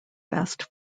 fast